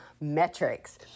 Metrics